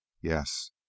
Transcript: yes